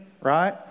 right